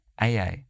AA